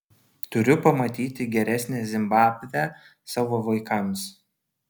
turiu pamatyti geresnę zimbabvę savo vaikams